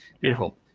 Beautiful